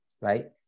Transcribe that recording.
right